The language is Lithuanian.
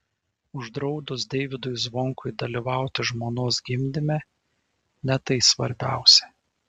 uždraudus deivydui zvonkui dalyvauti žmonos gimdyme ne tai svarbiausia